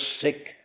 sick